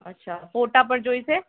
અચ્છા ફોટા પણ જોઈશે